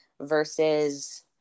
versus